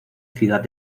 ciudad